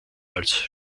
als